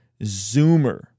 Zoomer